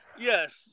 Yes